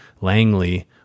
Langley